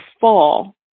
fall